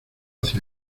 hacia